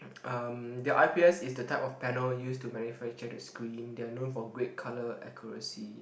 um the I_P_S is the type of panel use to manufacture the screen they are known for great colour accuracy